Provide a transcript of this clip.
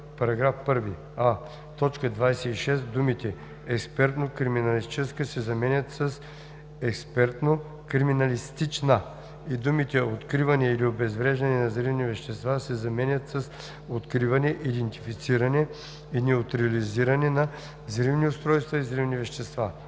1: а) в т. 26а думите „експертно-криминалистическа“ се заменят с „експертно-криминалистична“ и думите „откриване или обезвреждане на взривни вещества“ се заменят с „откриване, идентифициране и неутрализиране на взривни устройства и взривни вещества“;